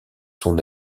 son